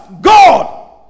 God